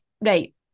right